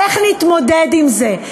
איך נתמודד עם זה?